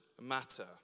matter